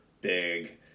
big